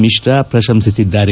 ಮಿಶ್ರ ಪ್ರಶಂಸಿಸಿದ್ದಾರೆ